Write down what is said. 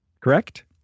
correct